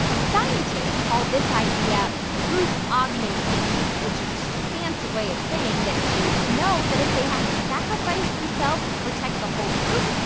the scientists call this idea group augmentation, which is just a fancy way of saying that chimps know that if they have to sacrifice themselves to protect the whole group,